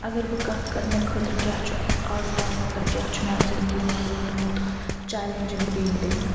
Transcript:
گر بہٕ کَتھ کَرٕ مےٚ خٲطرٕ کیٛاہ چھُ آز تام مطلب کیٛاہ چھُ میٛانہِ زندگی منٛز روٗدمُت چَلینٛجِنٛگ پینٹِنٛگ